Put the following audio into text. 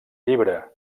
llibre